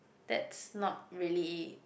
that's not really